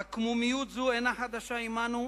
"עקמומיות זו אינה חדשה עמנו.